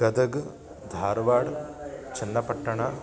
Gadag Dharwad Channapatna